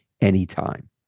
anytime